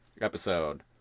episode